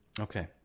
okay